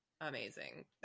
amazing